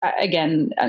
again